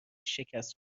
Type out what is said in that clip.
شکست